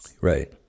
Right